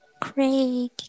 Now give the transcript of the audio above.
Craig